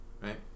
right